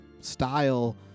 style